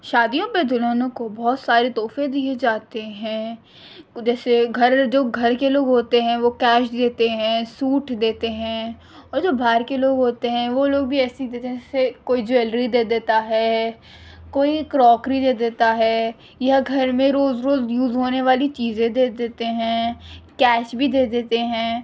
شادیوں پہ دلہنوں کو بہت سارے تحفے دیے جاتے ہیں جیسے گھر جو گھر کے لوگ ہوتے ہیں وہ کیش دیتے ہیں سوٹ دیتے ہیں اور جو باہر کے لوگ ہوتے ہیں وہ لوگ بھی ایسے ہی دیتے ہیں جیسے کوئی جیولری دے دیتا ہے کوئی کروکری دے دیتا ہے یا گھر میں روز روز یوز ہونے والی چیزیں دے دیتے ہیں کیش بھی دے دیتے ہیں